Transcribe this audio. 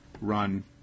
run